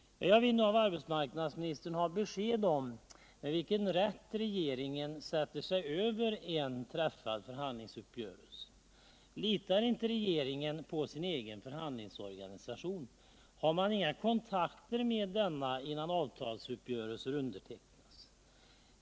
Jag vill nu av arbetsmarknadsministern ha besked om med vilken rätt regeringen sätter sig över en träffad förhandlingsuppgörelse. Litar inte regeringen på sin egen förhandlingsorganisation? Har man inga kontakter med denna innan avtalsuppgörelser undertecknas?